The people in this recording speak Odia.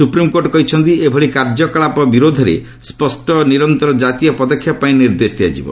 ସୁପ୍ରିମ୍କୋର୍ଟ କହିଛନ୍ତି ଏଭଳି କାର୍ଯ୍ୟକଳାପ ବିରୋଧରେ ସ୍ୱଷ୍ଟ ଓ ନିରନ୍ତର ଜାତୀୟ ପଦକ୍ଷେପ ପାଇଁ ନିର୍ଦ୍ଦେଶ ଦିଆଯିବ